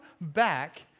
back